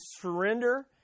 surrender